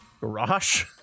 garage